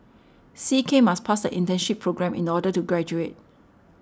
C K must pass the internship programme in order to graduate